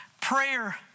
prayer